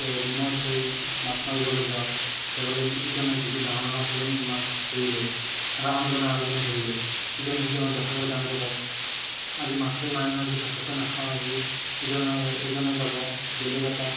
নমাই থৈ মাছ মাৰিবলৈ যাওঁ ডাঙৰ মাছ এজন মাছ ধৰিলে আৰু আনজনে আৰু এজন ধৰিলে ইজনে সিজনক দেখা পালে গান গাব আজি মাছেই মাৰি মাৰি ভাতকে নাখাওঁ আজি ইজনে এজনে গাব বেলেগ এটা